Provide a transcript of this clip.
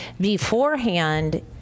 beforehand